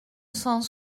cent